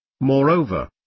Moreover